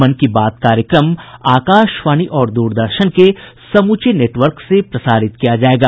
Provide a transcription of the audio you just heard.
मन की बात कार्यक्रम आकाशवाणी और दूरदर्शन के समूचे नेटवर्क से प्रसारित किया जाएगा